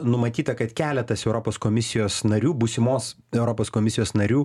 numatyta kad keletas europos komisijos narių būsimos europos komisijos narių